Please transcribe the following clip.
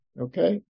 Okay